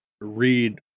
read